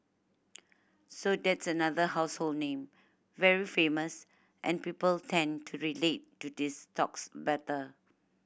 so that's another household name very famous and people tend to relate to these stocks better